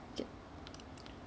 okay